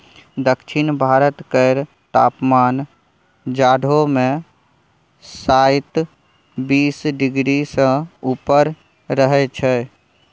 दक्षिण भारत केर तापमान जाढ़ो मे शाइत बीस डिग्री सँ ऊपर रहइ छै